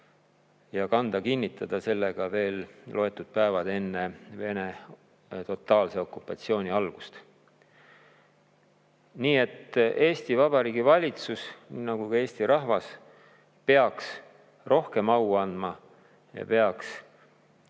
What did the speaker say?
ja kanda kinnitada veel loetud päevad enne Vene totaalse okupatsiooni algust. Nii et Eesti Vabariigi valitsus nii nagu ka Eesti rahvas peaks rohkem au andma ja peaks